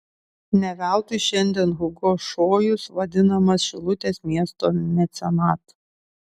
ne veltui šiandien hugo šojus vadinamas šilutės miesto mecenatu